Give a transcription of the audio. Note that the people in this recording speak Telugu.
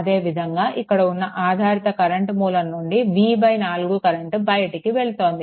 అదే విధంగా ఇక్కడ ఉన్న ఆధారిత కరెంట్ మూలం నుండి v4 కరెంట్ బయటికి వెళ్తోంది